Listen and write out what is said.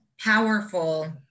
powerful